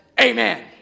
Amen